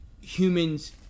humans